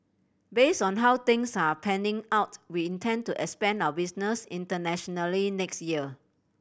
based on how things are panning out we intend to expand our business internationally next year